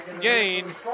gain